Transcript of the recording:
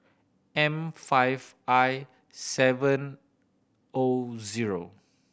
M five I seven O zero